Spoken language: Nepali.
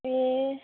ए